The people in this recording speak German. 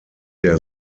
der